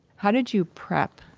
how did you prep?